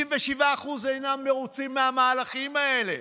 67% אינם מרוצים מהמהלכים האלה.